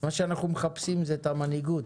מה שאנחנו מחפשים זה את המנהיגות.